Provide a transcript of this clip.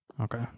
Okay